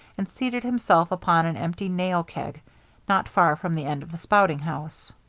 and seated himself upon an empty nail keg not far from the end of the spouting house.